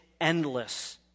endless